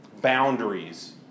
boundaries